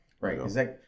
Right